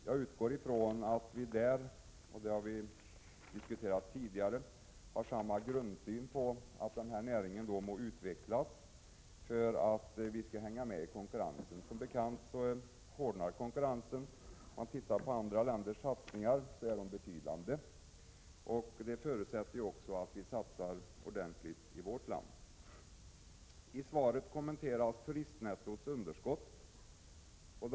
Jag utgår från att vi — det har vi diskuterat tidigare — har samma grundsyn, nämligen att näringen måste utvecklas för att vi skall kunna hänga med i konkurrensen. Som bekant hårdnar konkurrensen. Andra länders satsningar är betydande. Det förutsätter att vi satsar ordentligt också i vårt land. I svaret kommenteras underskottet i turistnettot.